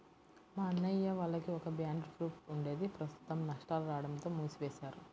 మా అన్నయ్య వాళ్లకి ఒక బ్యాండ్ ట్రూప్ ఉండేది ప్రస్తుతం నష్టాలు రాడంతో మూసివేశారు